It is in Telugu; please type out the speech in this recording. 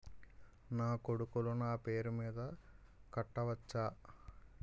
నా కొడుకులు నా పేరి మీద కట్ట వచ్చా?